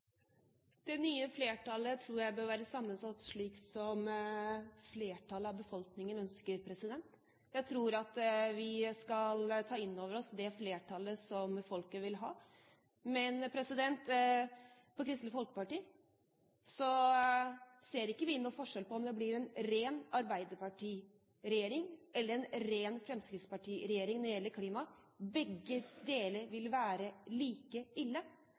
Det nye flertallet tror jeg bør være sammensatt slik som flertallet av befolkningen ønsker. Jeg tror at vi skal ta inn over oss det flertallet som folket vil ha. Men Kristelig Folkeparti ser ikke noen forskjell enten det blir en ren arbeiderpartiregjering eller en ren fremskrittspartiregjering når det gjelder klimaet. Begge deler vil være like ille,